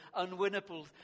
unwinnable